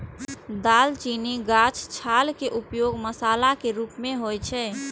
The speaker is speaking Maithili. दालचीनी गाछक छाल के उपयोग मसाला के रूप मे होइ छै